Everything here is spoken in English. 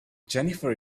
jennifer